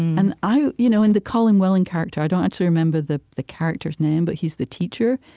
and i you know and the colin welland character, i don't actually remember the the character's name, but he's the teacher.